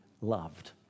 loved